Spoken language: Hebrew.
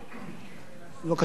לאחר שמונה שנים